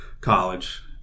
college